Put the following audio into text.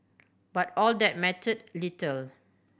but all that mattered little